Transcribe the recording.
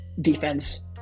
defense